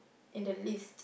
in the list